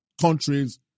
countries